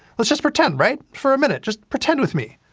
let's just pretend, right? for a minute, just pretend with me.